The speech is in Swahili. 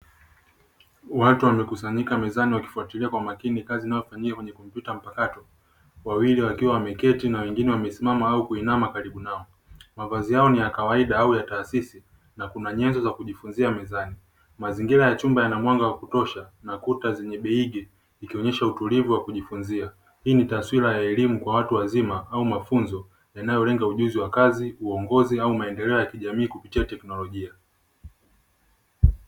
Watu wamekusanyika mezani wakifuatilia kwa makini kazi inayofanyia kwenye kompyuta mpakato wawili wakiwa wameketi na wengine wamesimama au kuinama karibu nao mavazi yao ni ya kawaida au ya taasisi na kuna nyenzo za kujifunza mezani mazingira ya chumba yana mwanga wa kutosha na kuta zenye beigi ikionyesha utulivu wa kujifunzia hii ni taswira ya elimu kwa watu wazima au mafunzo yanayolenga ujuzi wa kazi, uongozi, au maendeleo ya kijamii kupitia teknolojia.